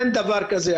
אין דבר כזה.